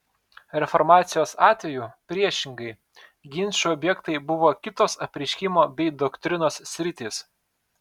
reformacijos atveju priešingai ginčų objektai buvo kitos apreiškimo bei doktrinos sritys